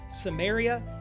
Samaria